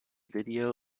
video